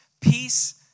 peace